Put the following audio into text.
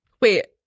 Wait